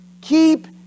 Keep